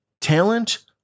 Talent